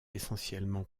essentiellement